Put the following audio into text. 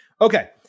Okay